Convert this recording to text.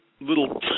little